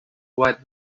white